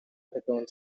undergone